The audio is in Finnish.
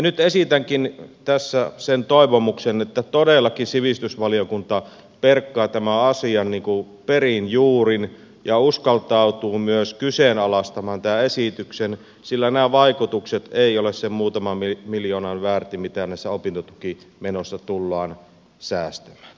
nyt esitänkin tässä sen toivomuksen että todellakin sivistysvaliokunta perkaa tämän asian perin juurin ja uskaltautuu myös kyseenalaistamaan tämän esityksen sillä nämä vaikutukset eivät ole sen muutaman miljoonan väärti mitä näissä opintotukimenoissa tullaan säästämään